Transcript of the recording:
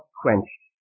quenched